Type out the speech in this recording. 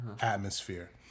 atmosphere